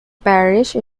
parish